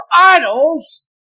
idols